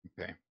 Okay